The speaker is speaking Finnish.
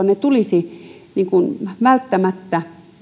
ne tulisivat välttämättä